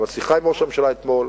והיתה לי שיחה עם ראש הממשלה אתמול,